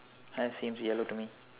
hair seems yellow to me